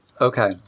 Okay